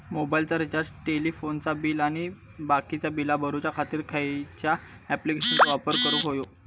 मोबाईलाचा रिचार्ज टेलिफोनाचा बिल आणि बाकीची बिला भरूच्या खातीर खयच्या ॲप्लिकेशनाचो वापर करूक होयो?